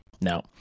no